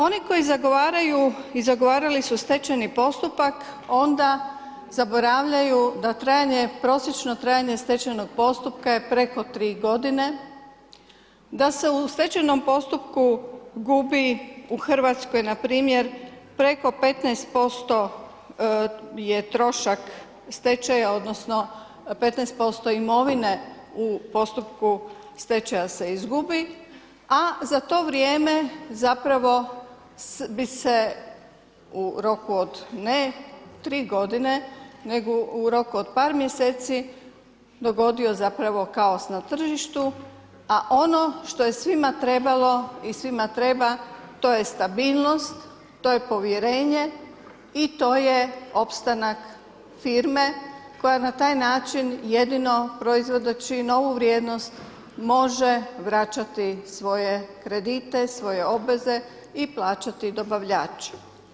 Oni koji zagovaraju i zagovarali su stečajni postupak onda zaboravljaju da trajanje, prosječno trajanje stečajnog postupka je preko 3 godine, da se u stečajnom postupku gubi u Hrvatskoj npr. preko 15% je trošak stečaja, odnosno 15% imovine u postupku stečaja se izgubi, a za to vrijeme zapravo bi se u roku od ne 3 godine, nego u roku od par mjeseci dogodio zapravo kaos na tržištu, a ono što je svima trebalo i svima treba to je stabilnost, to je povjerenje i to je opstanak firme koja na taj način jedino proizvodeći novu vrijednost može vraćati svoje kredite, svoje obveze i plaćati dobavljače.